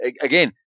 again